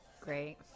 Great